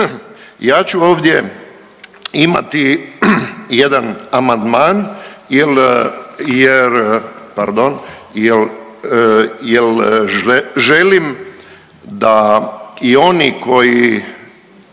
Ja ću ovdje imati jedan amandman jer, pardon, jer želim da i oni koji